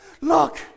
look